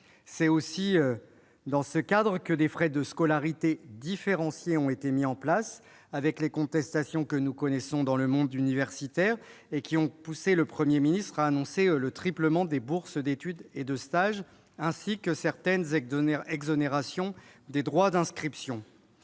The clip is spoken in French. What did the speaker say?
C'est aussi dans ce cadre que des frais de scolarité différenciés ont été mis en place, avec les contestations que nous connaissons dans le monde universitaire. Ces dernières ont poussé le Premier ministre à annoncer le triplement des bourses d'études et de stages, ainsi que certaines exonérations des droits d'inscriptions.